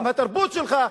עם התרבות שלך,